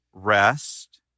Rest